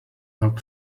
help